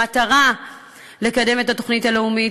במטרה לקדם את התוכנית הלאומית,